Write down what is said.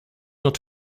not